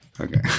Okay